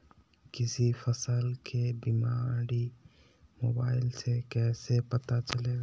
किसी फसल के बीमारी मोबाइल से कैसे पता चलेगा?